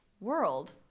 world